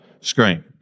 screen